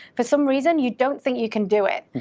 for some reason, you don't think you can do it.